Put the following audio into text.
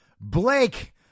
Blake